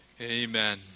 Amen